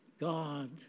God